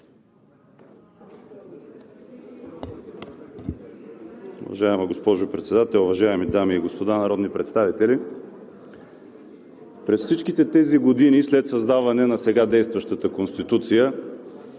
Уважаема госпожо Председател, уважаеми дами и господа народни представители! През всичките тези години след създаване на сега действащата Конституция